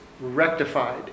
rectified